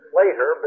later